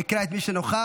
אקרא את מי שנוכח,